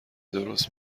درست